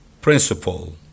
principle